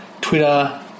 Twitter